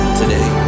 today